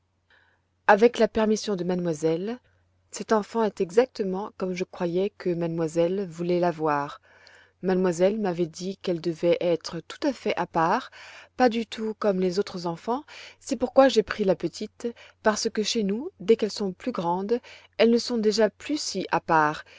avec la permission de mademoiselle cette enfant est exactement comme je croyais que mademoiselle voulait l'avoir mademoiselle m'avait qu'elle devait être tout à fait à part pas du tout comme les autres enfants c'est pourquoi j'ai pris la petite parce que chez nous dès qu'elles sont plus grandes elles ne sont déjà plus si à part